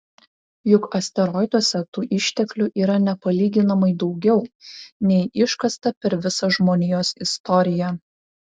juk asteroiduose tų išteklių yra nepalyginamai daugiau nei iškasta per visą žmonijos istoriją